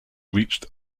reached